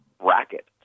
bracket